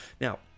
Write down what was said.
now